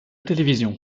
télévision